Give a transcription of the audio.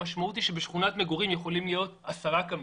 המשמעות היא שבשכונת מגורים יכולים להיות 10 קמינים,